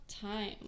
time